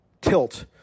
tilt